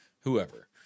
whoever